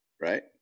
right